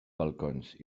balcons